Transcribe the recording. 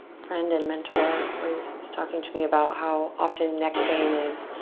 friend and mentor, always is talking to me about how often neck pain is